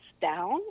down